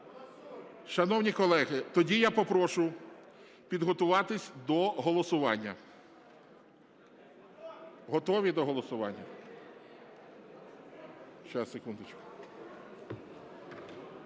Шановні колеги, тоді я попрошу підготуватись до голосування. Готові до голосування?